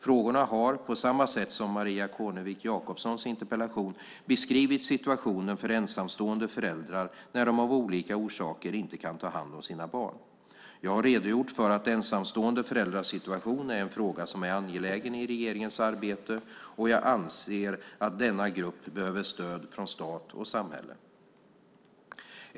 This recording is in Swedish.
Frågorna har, på samma sätt som i Maria Kornevik Jakobssons interpellation, beskrivit situationen för ensamstående föräldrar när de av olika orsaker inte kan ta hand om sina barn. Jag har redogjort för att ensamstående föräldrars situation är en fråga som är angelägen i regeringens arbete, och jag anser att denna grupp behöver stöd från stat och samhälle.